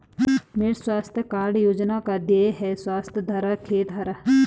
मृदा स्वास्थ्य कार्ड योजना का ध्येय है स्वस्थ धरा, खेत हरा